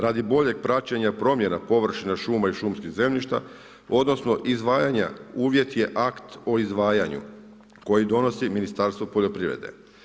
Radi boljeg praćenja promjena površina šume i šumskih zemljišta odnosno izdvajanja, uvjet je akt o izdvajanju koji donosi Ministarstvo poljoprivrede.